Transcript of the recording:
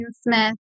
Smith